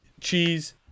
Cheese